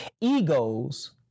egos